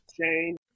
Shane